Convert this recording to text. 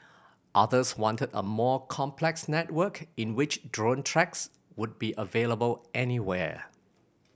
others wanted a more complex network in which drone tracks would be available anywhere